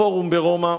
בפורום ברומא.